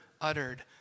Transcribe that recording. uttered